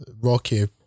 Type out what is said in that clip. Rocky